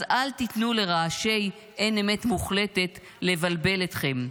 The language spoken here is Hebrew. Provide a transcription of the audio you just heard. אז אל תיתנו לרעשי אין אמת מוחלטת לבלבל אתכם.